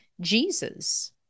Jesus